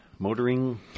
Motoring